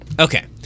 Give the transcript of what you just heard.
okay